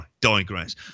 digress